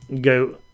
go